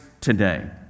today